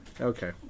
Okay